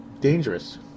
dangerous